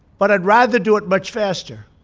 but i'd rather do it much faster.